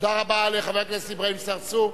תודה רבה לחבר הכנסת אברהים צרצור.